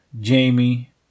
Jamie